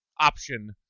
option